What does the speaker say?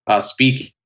speaking